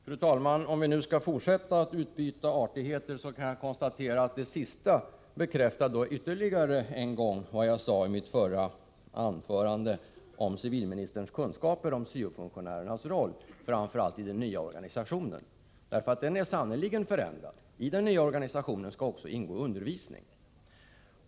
Fru talman! Om vi nu skall fortsätta utbyta artigheter kan jag konstatera att det sista bekräftar vad jag sade i mitt förra anförande om civilministerns kunskaper om syo-funktionernas roll, framför allt i den nya organisationen. Den är sannerligen förändrad! I den nya organisationen skall också ingå undervisning.